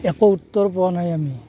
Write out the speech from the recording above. একো উত্তৰ পোৱা নাই আমি